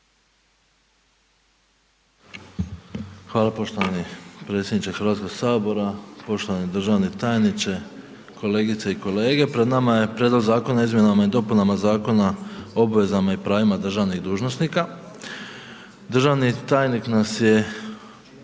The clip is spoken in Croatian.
Hvala poštovani predsjedniče Hrvatskog sabora, poštovani državni tajniče, kolegice i kolege. Pred nama je Prijedlog zakona o izmjenama i dopunama Zakona o obvezama i pravima državnih dužnosnika. Državni tajnik nas je